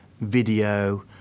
video